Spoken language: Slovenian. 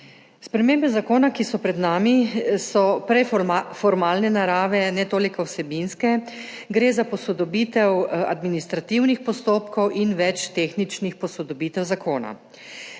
Spremembe zakona, ki so pred nami, so prej formalne narave, ne toliko vsebinske, gre za posodobitev administrativnih postopkov in več tehničnih posodobitev zakona.